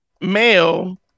male